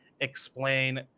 explain